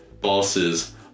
bosses